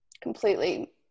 Completely